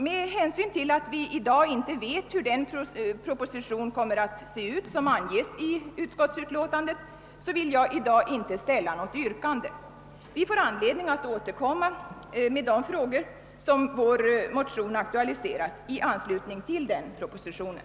Med hänsyn till att vi i dag inte vet hur den proposition kommer att se ut som anges i utskottsutlåtandet vill jag inte ställa något yrkande. Vi får anledning att återkomma med de frågor som vår motion «aktualiserat i anslutning till den propositionen.